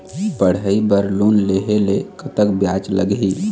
पढ़ई बर लोन लेहे ले कतक ब्याज लगही?